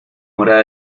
morada